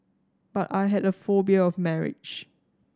but I had a phobia of marriage